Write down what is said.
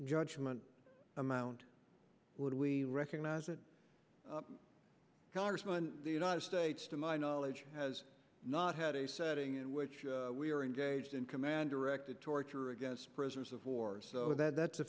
judgment amount would we recognize that congressman the united states to my knowledge has not had a setting in which we are engaged in command directed torture against prisoners of war so that